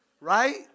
Right